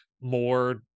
more